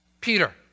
Peter